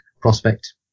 prospect